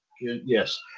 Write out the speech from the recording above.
yes